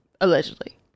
allegedly